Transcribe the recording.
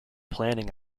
planning